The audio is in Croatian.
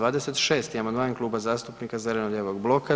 26. amandman Kluba zastupnika zeleno-lijevog bloka.